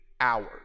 hours